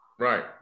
Right